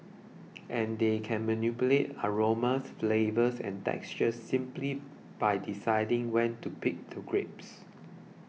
and they can manipulate aromas flavours and textures simply by deciding when to pick the grapes